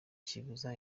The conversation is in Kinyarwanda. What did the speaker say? kibuza